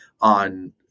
on